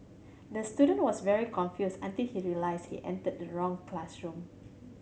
the student was very confused until he realised he entered the wrong classroom